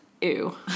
ew